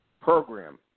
program